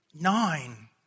nine